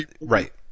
right